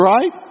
Right